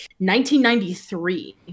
1993